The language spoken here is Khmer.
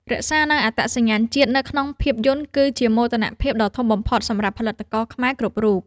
រក្សានូវអត្តសញ្ញាណជាតិនៅក្នុងភាពយន្តគឺជាមោទនភាពដ៏ធំបំផុតសម្រាប់ផលិតករខ្មែរគ្រប់រូប។